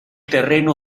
terreno